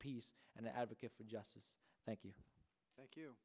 peace and advocate for justice thank you thank you